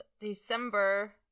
december